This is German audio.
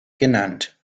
genannt